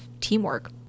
teamwork